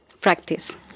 Practice